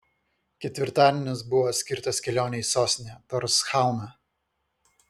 ketvirtadienis buvo skirtas kelionei į sostinę torshauną